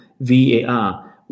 VAR